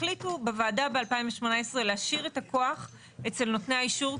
החליטו בוועדה ב-2018 להשאיר את הכוח אצל נותני האישור,